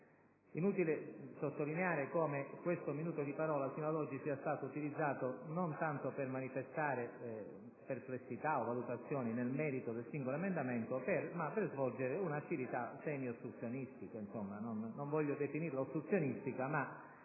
inutile sottolineare come questo minuto di parola sinora sia stato utilizzato non tanto per manifestare perplessità o valutazioni nel merito del singolo emendamento, ma per svolgere un'attività semiostruzionistica (non voglio definirla ostruzionistica).